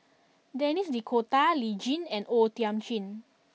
Denis D'Cotta Lee Tjin and O Thiam Chin